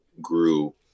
grew